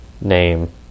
name